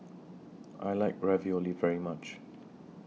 I like Ravioli very much